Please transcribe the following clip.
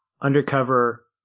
undercover